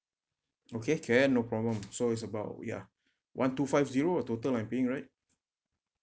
okay can no problem so it's about ya one two five zero of total I'm paying right